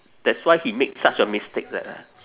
that's why he make such a mistake leh